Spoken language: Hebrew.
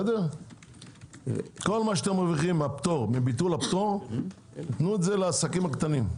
על מה שאתם מרוויחים מביטול הפטור - תנו לעסקים הקטנים.